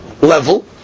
level